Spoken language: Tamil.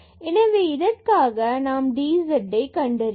எனவே இதற்காக dz கண்டறிய வேண்டும்